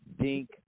Dink